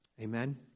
Amen